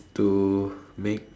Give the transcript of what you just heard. to make